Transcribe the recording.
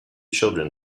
children